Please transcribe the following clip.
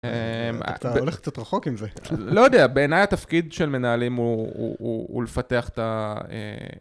אתה הולך קצת רחוק עם זה. לא יודע, בעיניי התפקיד של מנהלים הוא לפתח את ה...